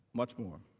much more.